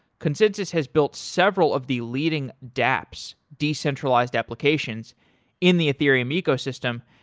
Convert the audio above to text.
consensus has built several of the leading dapps, decentralized applications in the ethereum ecosystem,